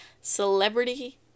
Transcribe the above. celebrity